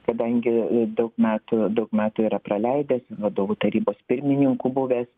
kadangi daug metų daug metų yra praleidęs vadovų tarybos pirmininku buvęs